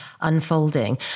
Unfolding